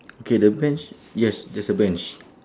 okay the bench yes there's a bench